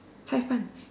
Cai fan